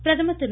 பிரதமர் திரு